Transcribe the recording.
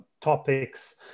topics